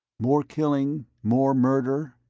more killing, more murder?